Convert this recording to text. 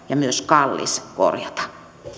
ja myös kallista korjata